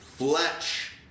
Fletch